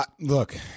Look